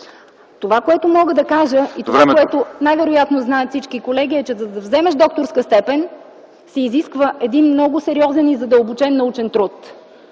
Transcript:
Това, което мога да кажа, и това, което най-вероятно знаят всички колеги, е, че за да вземеш докторска степен, се изисква един много сериозен и задълбочен научен труд.